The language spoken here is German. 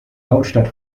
hauptstadt